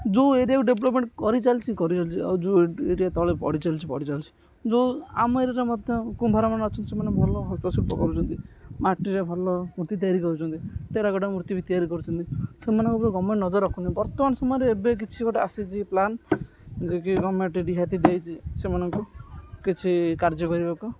ଯେଉଁ ଏରିଆକୁ ଡେଭଲପ୍ମେଣ୍ଟ କରି ଚାଲିଛି କରି ଚାଲିଛି ଆଉ ଯେଉଁ ଏରିଆ ତଳେ ପଡ଼ି ଚାଲିଛି ପଡ଼ି ଚାଲିଛି ଯେଉଁ ଆମ ଏରିଆରେ ମଧ୍ୟ କୁମ୍ଭାରମାନେ ଅଛନ୍ତି ସେମାନେ ଭଲ ହସ୍ତଶିଳ୍ପ କରୁଛନ୍ତି ମାଟିରେ ଭଲ ମୂର୍ତ୍ତି ତିଆରି କରୁଛନ୍ତି ଟେରାକୋଟା ମୂର୍ତ୍ତି ବି ତିଆରି କରୁଛନ୍ତି ସେମାନଙ୍କ ଉପରେ ଗଭର୍ନମେଣ୍ଟ ନଜର ରଖୁନି ବର୍ତ୍ତମାନ ସମୟରେ ଏବେ କିଛି ଗୋଟେ ଆସିଚି ପ୍ଲାନ୍ ଯେ କି ଗଭର୍ନମେଣ୍ଟ ରିହାତି ଦେଇଛି ସେମାନଙ୍କୁ କିଛି କାର୍ଯ୍ୟ କରିବାକୁ